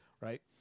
Right